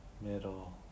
middle